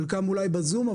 חלקם אולי בזום,